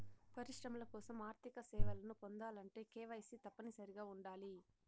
పరిశ్రమల కోసం ఆర్థిక సేవలను పొందాలంటే కేవైసీ తప్పనిసరిగా ఉండాలి